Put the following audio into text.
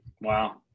Wow